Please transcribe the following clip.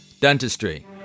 Dentistry